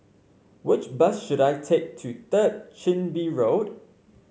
which bus should I take to Third Chin Bee Road